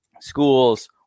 schools